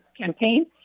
campaign